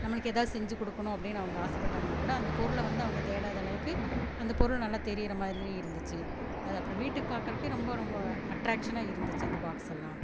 நம்மளுக்கு எதாவது செஞ்சுக் கொடுக்கணும் அப்படின்னு அவங்க ஆசைப்பட்டாங்கன்னா கூட அந்த பொருளை வந்து அவங்க தேடாத அளவுக்கு அந்த பொருள் நல்லா தெரிகிற மாதிரி இருந்துச்சு அது அப்புறம் வீட்டுக்கு பார்க்கறக்கு ரொம்ப ரொம்ப அட்ராக்ஷனாக இருந்துச்சு அந்த பாக்ஸெல்லாம்